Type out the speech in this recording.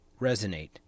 resonate